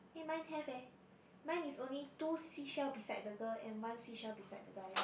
eh mine have leh mine is only two seashell beside girl and one seashell beside the guy